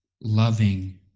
loving